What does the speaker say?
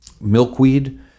milkweed